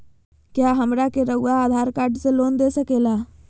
क्या हमरा के रहुआ आधार कार्ड से लोन दे सकेला?